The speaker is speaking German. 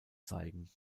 zeigen